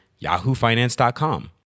yahoofinance.com